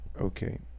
Okay